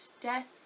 death